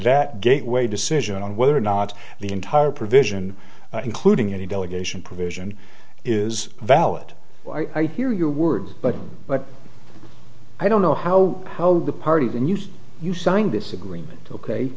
that gateway decision on whether or not the entire provision including any delegation provision is valid so i hear your words but but i don't know how how the party the news you signed this agreement ok